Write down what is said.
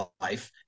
life